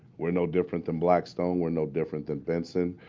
we're no different than blackstone. we're no different than benson.